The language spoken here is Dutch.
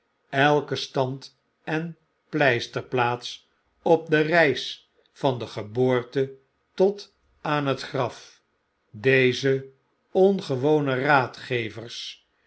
elken stand en pleisterplaats op de reis van de geboorte tot aan het graf deze wgewone raadgevers